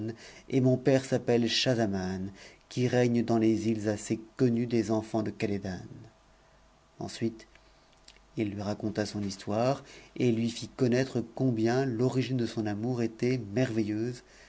et mon père s'appelle schahzaman qui règne dans jcs îles assez connues des enfants de khatédan ensuite il lui raconta sou histoire et lui fit connaître combien l'origine de son amour était mcn'eifteusc